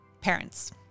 Parents